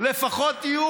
לא שותים,